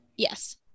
yes